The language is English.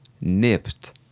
Nipped